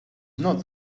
not